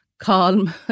calm